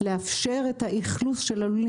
לאפשר את האכלוס של הלולים.